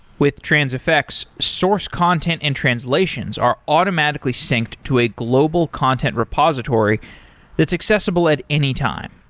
with transifex, source content and translations are automatically synced to a global content repository that's accessible at any time.